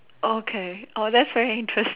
okay oh that's very interesting